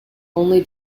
only